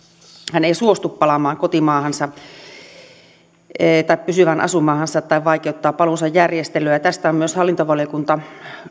hän ei suostu palaamaan kotimaahansa tai pysyvään asuinmaahansa tai vaikeuttaa paluunsa järjestelyä tästä on myös hallintovaliokunta